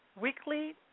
weekly